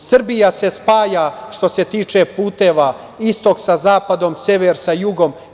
Srbija se spaja, što se tiče puteva, istok sa zapadom, sever sa jugom.